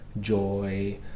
joy